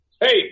Hey